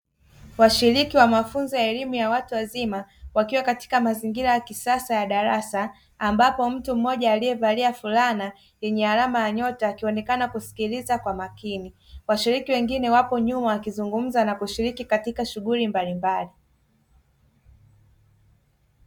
Washiriki wa mafunzo ya elimu ya watu wazima wakiwa katika mazingira ya kisasa ya darasa ambapo mtu mmoja aliyevalia fulana yenye alama ya nyota akionekana kusikiliza kwa makini, washiriki wengine wapo nyuma wakizungumza na kushiriki katika shughuli mbalimbali.